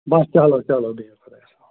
بَس چلو چلو بِہِو خۄدایَس حوال